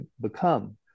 become